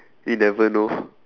we never know